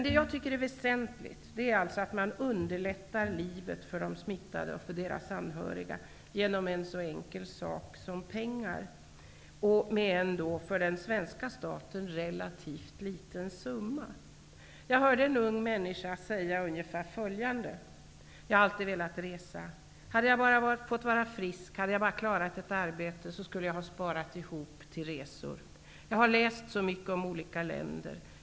Det jag tycker är väsentligt är att man underlättar livet för de smittade och deras anhöriga genom en så enkel sak som pengar -- med en för den svenska staten relativt liten summa. Jag hörde en ung människa säga ungefär följande: Jag har alltid velat resa. Hade jag fått vara frisk och klarat ett arbete, skulle jag ha sparat ihop till resor. Jag har läst så mycket om olika länder.